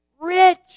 Rich